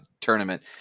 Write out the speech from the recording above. tournament